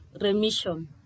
remission